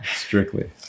Strictly